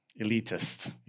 elitist